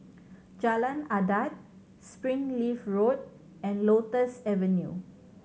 Jalan Adat Springleaf Road and Lotus Avenue